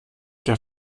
der